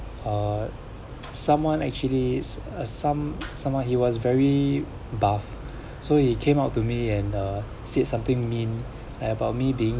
uh someone actually is a some someone he was very buff so he came up to me and uh said something mean about me being